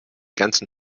ganzen